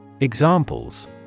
Examples